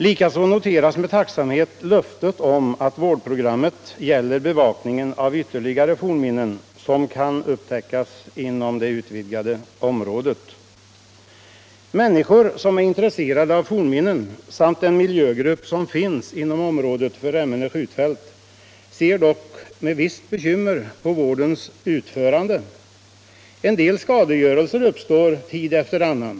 Likaså noteras med tacksamhet löftet om att vårdprogrammet gäller bevakningen av ytterligare fornminnen som kan upptäckas inom det utvidgade området. Människor som är intresserade av fornminnen, liksom den miljögrupp som finns inom området för Remmene skjutfält, ser dock med visst bekymmer på vårdens utförande. En del skadegörelse uppstår tid efter annan.